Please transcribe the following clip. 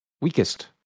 Weakest